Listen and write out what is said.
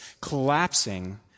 collapsing